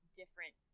different